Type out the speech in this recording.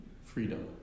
Freedom